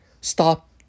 Stop